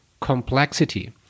complexity